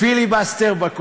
פיליבסטר על ידי